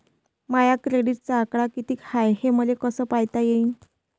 माया क्रेडिटचा आकडा कितीक हाय हे मले कस पायता येईन?